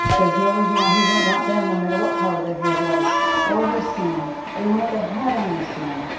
there's no reason why he would want them no matter what color their hair was or their skin or what they had on their skin.